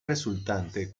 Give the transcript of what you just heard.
resultante